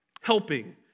Helping